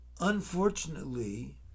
Unfortunately